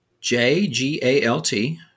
J-G-A-L-T